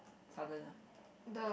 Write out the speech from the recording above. Southern ah